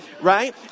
Right